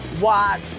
watch